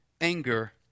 anger